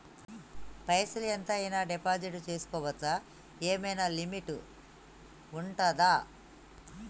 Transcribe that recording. పైసల్ ఎంత అయినా డిపాజిట్ చేస్కోవచ్చా? ఏమైనా లిమిట్ ఉంటదా?